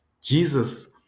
Jesus